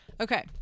Okay